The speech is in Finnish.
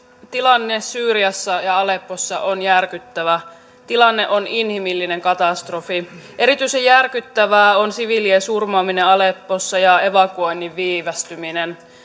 tilanne syyriassa ja aleppossa on järkyttävä tilanne on inhimillinen katastrofi erityisen järkyttävää on siviilien surmaaminen aleppossa ja evakuoinnin viivästyminen